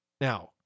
Now